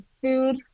food